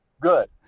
Good